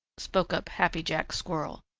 spoke up happy jack squirrel.